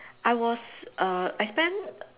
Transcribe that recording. I was err I spent